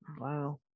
Wow